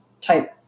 type